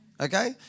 Okay